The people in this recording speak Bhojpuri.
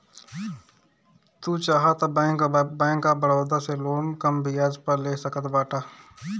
तू चाहअ तअ बैंक ऑफ़ बड़ोदा से लोन कम बियाज पअ ले सकत बाटअ